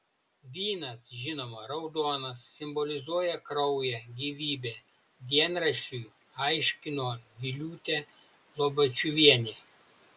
vynas žinoma raudonas simbolizuoja kraują gyvybę dienraščiui aiškino viliūtė lobačiuvienė